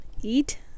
eat